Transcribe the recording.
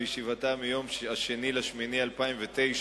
בישיבתה מיום 2 באוגוסט 2009,